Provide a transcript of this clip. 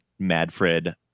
MadFred